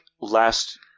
last